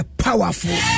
powerful